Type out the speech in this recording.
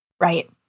Right